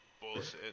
bullshit